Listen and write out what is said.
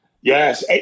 yes